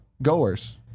Goers